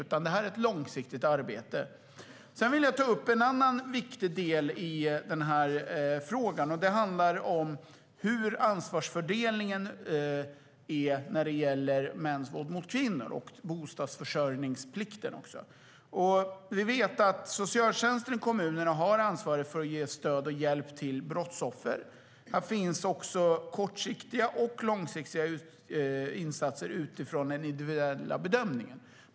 Det är fråga om ett långsiktigt arbete. Jag vill ta upp en annan viktig fråga, nämligen hur ansvarsfördelningen är när det gäller mäns våld mot kvinnor och bostadsförsörjningsplikten. Vi vet att socialtjänsten i kommuner har ansvar för att ge stöd och hjälp till brottsoffer. Där finns också kortsiktiga och långsiktiga insatser utifrån en individuell bedömning.